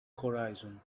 horizon